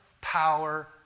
power